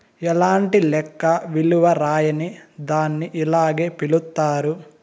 ఎలాంటి లెక్క విలువ రాయని దాన్ని ఇలానే పిలుత్తారు